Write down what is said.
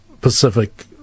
Pacific